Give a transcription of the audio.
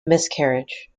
miscarriage